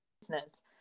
business